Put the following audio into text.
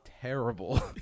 terrible